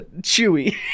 chewy